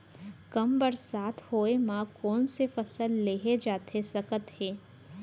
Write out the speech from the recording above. कम बरसात होए मा कौन से फसल लेहे जाथे सकत हे?